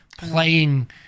Playing